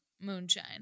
moonshine